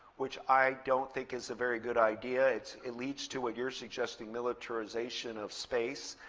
which i don't think is a very good idea. it it leads to what you're suggesting, militarization of space.